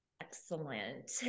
Excellent